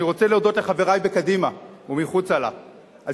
אני רוצה להודות לחברי בקדימה ומחוצה לה על